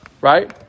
right